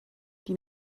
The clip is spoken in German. die